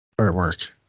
artwork